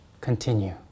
continue